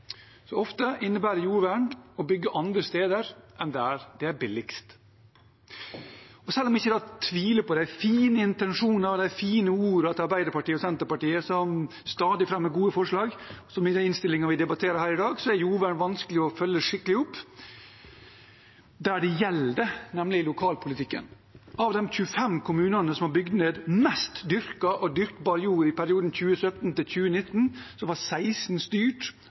så ofte innebærer jordvern å bygge andre steder enn der det er billigst. Selv om jeg ikke tviler på de fine intensjonene og de fine ordene til Arbeiderpartiet og Senterpartiet, som stadig fremmer gode forslag, som i den innstillingen vi debatterer her i dag, er jordvern vanskelig å følge skikkelig opp der det gjelder, nemlig i lokalpolitikken. Av de 25 kommunene som har bygd ned mest dyrket og dyrkbar jord i perioden 2017–2019, var 16 styrt